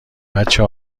بچه